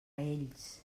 ells